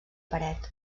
paret